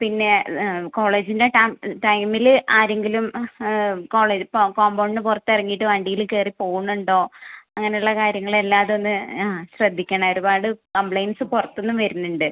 പിന്നെ കോളേജിൻ്റെ ആ ടൈമില് ആരെങ്കിലും ആ കോളേജ് കോമ്പൗണ്ടിന് പുറത്തിറങ്ങിയിട്ട് വണ്ടിയിൽ കയറി പോവുന്നുണ്ടോ അങ്ങനെ ഉള്ള കാര്യങ്ങൾ എല്ലാം അതൊന്ന് ആ ശ്രദ്ധിക്കണേ ഒരുപാട് കംപ്ലയിൻറ്റ്സ് പുറത്ത് നിന്നും വരുന്നുണ്ട്